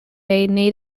native